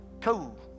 Cool